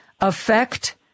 affect